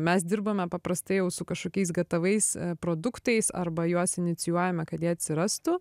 mes dirbame paprastai jau su kažkokiais gatavais produktais arba juos inicijuojame kad jie atsirastų